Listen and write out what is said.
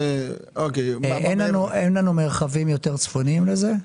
אין לנו מרחבים יותר צפוניים לזה.